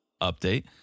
update